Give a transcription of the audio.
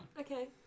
okay